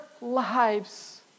lives